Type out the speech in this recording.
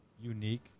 unique